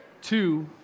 two